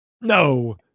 No